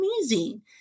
amazing